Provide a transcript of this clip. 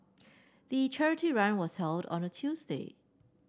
the charity run was held on a Tuesday